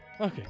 Okay